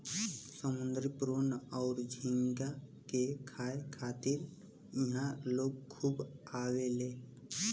समुंद्री प्रोन अउर झींगा के खाए खातिर इहा लोग खूब आवेले